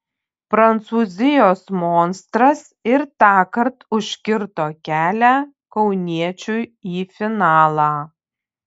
prancūzijos monstras ir tąkart užkirto kelią kauniečiui į finalą